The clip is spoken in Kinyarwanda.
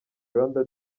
rwanda